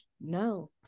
no